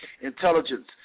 intelligence